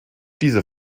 diese